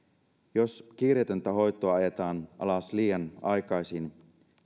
jos kiireetöntä hoitoa ajetaan alas liian aikaisin